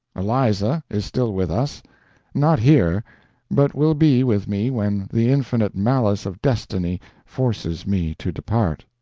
eliza is still with us not here but will be with me when the infinite malice of destiny forces me to depart.